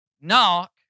Knock